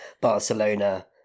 barcelona